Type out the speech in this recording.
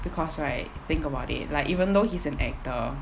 because right think about it like even though he's an actor